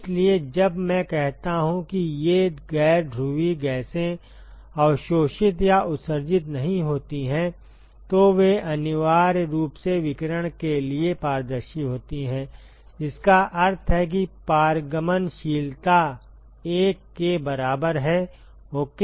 इसलिए जब मैं कहता हूं कि ये गैर ध्रुवीय गैसें अवशोषित या उत्सर्जित नहीं होती हैं तो वे अनिवार्य रूप से विकिरण के लिए पारदर्शी होती हैं जिसका अर्थ है कि पारगमनशीलता 1 के बराबर है ओके